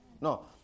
No